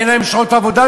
אין להם בכלל שעות עבודה.